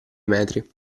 metri